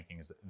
rankings